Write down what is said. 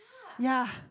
yeah